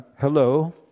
Hello